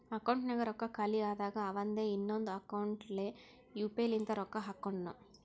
ಅಕೌಂಟ್ನಾಗ್ ರೊಕ್ಕಾ ಖಾಲಿ ಆದಾಗ ಅವಂದೆ ಇನ್ನೊಂದು ಅಕೌಂಟ್ಲೆ ಯು ಪಿ ಐ ಲಿಂತ ರೊಕ್ಕಾ ಹಾಕೊಂಡುನು